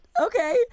okay